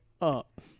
up